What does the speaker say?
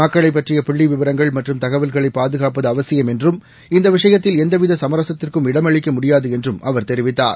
மக்களைப்பற்றியபுள்ளிவிவரங்கள்மற்றும்தகவல்களை பாதுகாப்பதுஅவசியம்என்றும் இந்தவிஷயத்தில்எந்தவிதசமரசத்திற்கும்இடம்அளிக்க முடியாதுஎன்றும்அவர்தெரிவித்தார்